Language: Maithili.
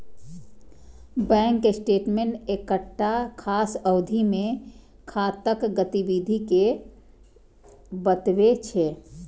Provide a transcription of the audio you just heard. बैंक स्टेटमेंट एकटा खास अवधि मे खाताक गतिविधि कें बतबै छै